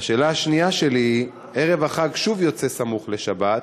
2. ערב החג שוב יוצא סמוך לשבת.